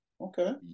okay